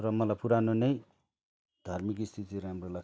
र मलाई पुरानो नै धार्मिक स्थिति राम्रो लाग्थ्यो